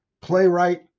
playwright